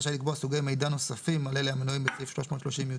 רשאי לקבוע סוגי מידע נוספים על אלה המנויים בסעיף 330יט(א)